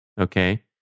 Okay